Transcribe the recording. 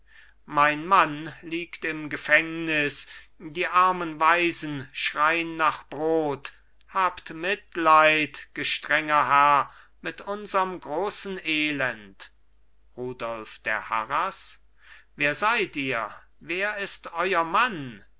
mein mann liegt im gefängnis die armen waisen schrein nach brot habt mitleid gestrenger herr mit unserm grossen elend rudolf der harras wer seid ihr wer ist euer mann